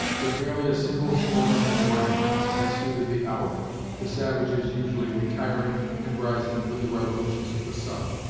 but merely a single smouldering brand, as suited the hour the savages usually retiring and rising with the revolutions of the sun.